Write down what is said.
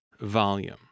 volume